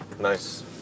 nice